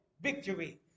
victory